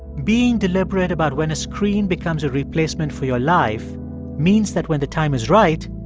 being deliberate about when a screen becomes a replacement for your life means that when the time is right